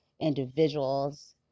individuals